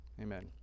Amen